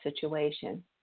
situation